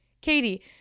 Katie